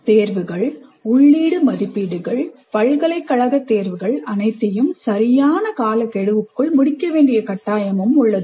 தேர்வுகள் உள்ளீடு மதிப்பீடுகள் பல்கலைக்கழக தேர்வுகள் அனைத்தையும் சரியான காலக்கெடுவுக்குள் முடிக்க வேண்டிய கட்டாயமும் உள்ளது